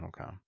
Okay